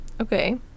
Okay